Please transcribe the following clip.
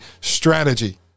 Strategy